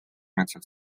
metsad